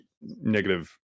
negative